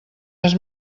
més